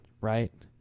right